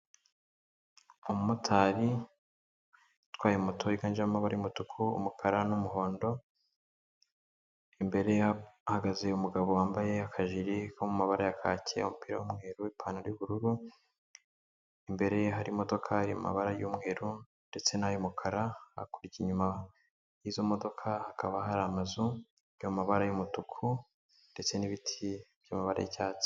Umumotari utwaye moto yiganjemo amabara y'umutuku, umukara, n'umuhondo. Imbere ye hahagaze umugabo wambaye akajiri ko mu mabara ya kake, umupira w'umweru, ipantaro y'ubururu. Imbere ye hari imodoka iri mu mabara y'umweru, ndetse n'ay'umukara, hakurya inyuma y'izo modoka hakaba hari amazu yo mu mabara y'umutuku ndetse n'ibiti by'amabara y'icyatsi.